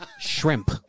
Shrimp